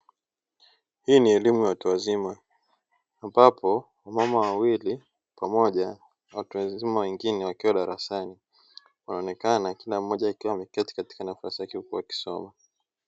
Hii ni elimu ya watu wazima ambapo mama wawili pamoja na watu wazima wengine wakiwa darasani, wanaonekana kila mmoja akiwa ameketi katika nafasi yake huku anasoma.